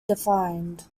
defined